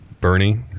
bernie